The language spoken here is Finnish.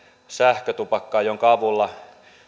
sähkötupakkaan jonka avulla